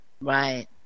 right